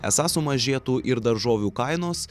esą sumažėtų ir daržovių kainos